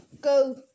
go